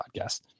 podcast